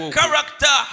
character